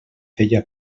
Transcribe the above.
feia